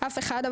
אף אחד,